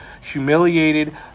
humiliated